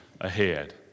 ahead